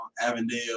Avondale